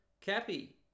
Cappy